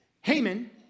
Haman